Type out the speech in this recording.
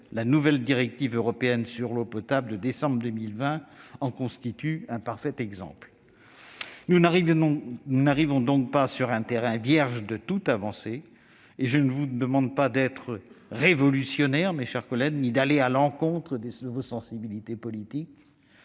la nouvelle directive européenne sur l'eau potable, de décembre 2020, en constitue un parfait exemple. Nous n'arrivons donc pas sur un terrain vierge de toute avancée. Je ne vous demande pas d'être révolutionnaires ni d'aller à l'encontre de vos sensibilités politiques